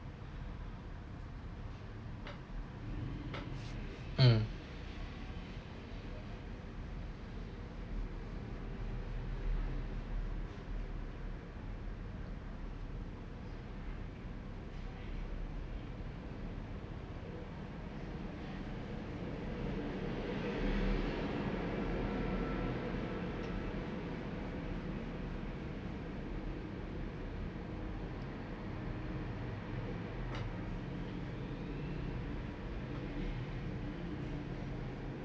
mm